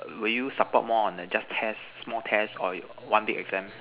will you support more on the just test small test or you one big exam